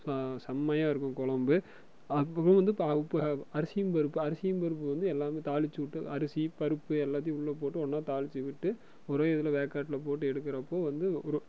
செமையாக இருக்கும் குழம்பு அதுக்கப்புறம் வந்து அரிசியும் பருப்பு அரிசியும் பருப்பு வந்து எல்லாமே தாளிச்சு விட்டு அரிசி பருப்பு எல்லாத்தையும் உள்ளே போட்டு ஒன்னாக தாளிச்சு விட்டு ஒரே இதில் வேக்காட்டில போட்டு எடுக்கறப்போ வந்து ஒரு